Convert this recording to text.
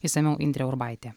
išsamiau indrė urbaitė